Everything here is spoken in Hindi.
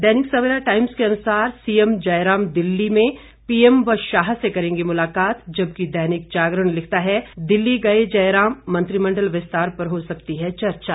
दैनिक सवेरा टाइम्स के मुताबिक सीएम जयराम दिल्ली में पीएम व शाह से करेंगे मुलाकात जबकि दैनिक जागरण लिखता है दिल्ली गए जयराम मंत्रिमण्डल विस्तार पर हो सकती है चर्चा